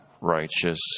righteous